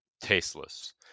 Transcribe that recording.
tasteless